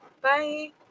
Bye